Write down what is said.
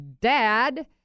dad